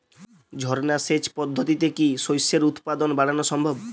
ঝর্না সেচ পদ্ধতিতে কি শস্যের উৎপাদন বাড়ানো সম্ভব?